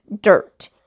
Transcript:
dirt